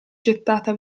gettata